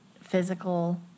physical